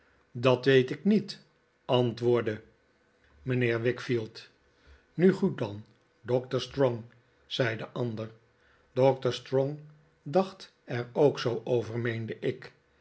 dat weet ik niet antwoordde mijn heer wickfield nu goed dan doctor strong zei de ander doctor strong dacht er ook zoo over meende ik